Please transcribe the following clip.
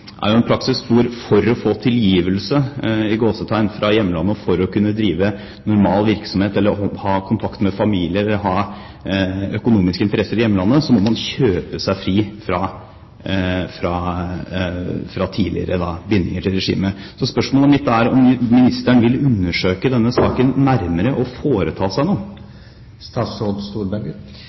en praksis hvor man for å få «tilgivelse» fra hjemlandet og for å kunne drive normal virksomhet, ha kontakt med familie eller ha økonomiske interesser i hjemlandet må kjøpe seg fri fra tidligere bindinger til regimet. Spørsmålet mitt er om justisministeren vil undersøke denne saken nærmere og foreta seg noe.